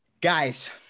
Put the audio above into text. Guys